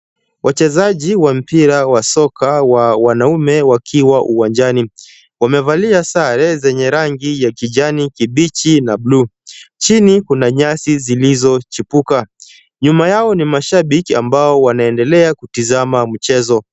Wachezaji wa mpira wa soka wa wanaume wakiwa uwanjani. Wamevalia sare zenye rangi ya kijani kibichi na blue . Chini kuna nyasi zilizochipuka. Nyuma yao ni mashabiki ambao wanaendelea kutazama mchezo.